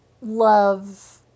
love